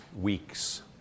weeks